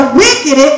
wicked